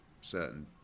certain